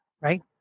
right